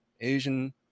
Asian